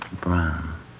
Brown